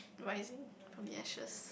rising from the ashes